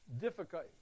difficult